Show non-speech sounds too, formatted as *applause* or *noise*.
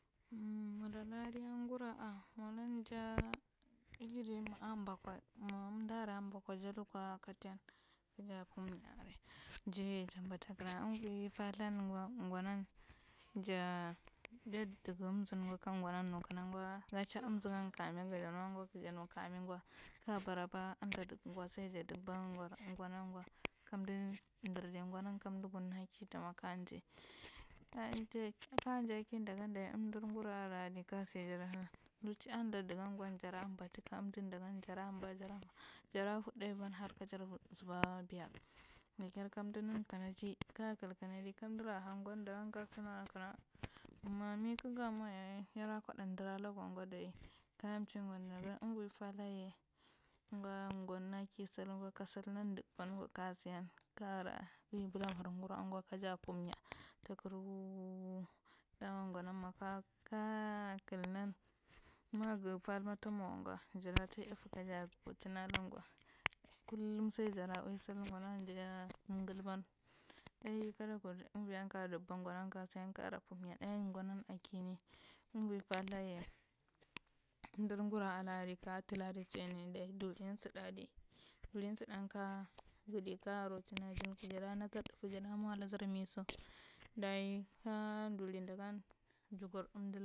Um malaladi a nguruwa a molan ja *unintelligible* ma, a mɓa kwa, ma amdi aria mɓa kwa ja tukwa kaja pum mnya aria mɓa takdran anvoi pathan gwa nguanan ja diksa mzingwa ka ngwanan nukana ga chwa mzinga kami *unintelligible* janukamigwa ka baraba anlthar dikga gwa sai ja dikba ngwar nwanan kamdu durdi ngwanan kamdu bun akidamwa kajai kaja kidagan dayi amdur ngunwa a la adi kasi jada lthurchi an lthn dikgonswa jara mɓa tuka amdidaga. Jara mɓa huɗa van har hud zuba beya dakkir kamdu nan kanadi ka kdi canadi kamdu raha ngwan damwa, ngwan sinuwa lan kana mami kagamwa yaye yadakwaɗa doralakwae gwa dayi ka mchi ngwadagan amvo pathan waye gwal ngwana ki sall gwa dikban gwe kasiya kaya ui bulamara nguruwan suwa kaja pom mnya tukunu dama nguki ma k aka kainan. Magu pal ma tamwa gwa jada tai ɗafe kasa zibuchin gwe kullum sais all ngwanan jada gaga ban ɗai kadaku anuain ka- dikba ngwanan ka siyan kara pom mnya ɗaiyan ngwanan alaini avi pathunye amdur ngorawam laka adi ka aulare chaini doyi dorin saɗa da jada mualadan miso daye ka duridagaon jigor amdu.